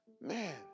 Man